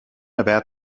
about